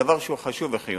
דבר שהוא חשוב וחיוני.